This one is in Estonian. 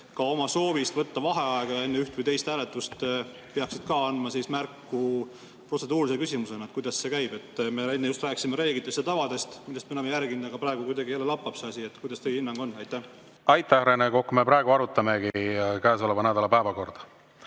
ka oma soovist võtta vaheaega enne üht või teist hääletust peaksid andma märku protseduurilise küsimusena? Kuidas see käib? Me enne just rääkisime reeglitest ja tavadest, mida me oleme järginud, aga praegu kuidagi jälle lappab see asi. Kuidas teie hinnang on? Aitäh, Rene Kokk! Me praegu arutamegi käesoleva nädala päevakorda,